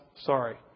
Sorry